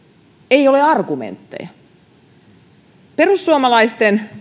ei ole argumentteja kun perussuomalaisten